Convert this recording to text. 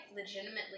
legitimately